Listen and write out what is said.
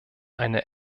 eine